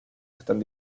están